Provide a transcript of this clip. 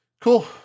Cool